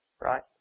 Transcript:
Right